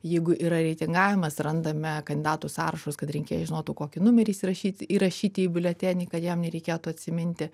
jeigu yra reitingavimas randame kandidatų sąrašus kad rinkėjai žinotų kokį numerį įsirašyti įrašyti į biuletenį kad jam nereikėtų atsiminti